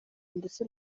ndetse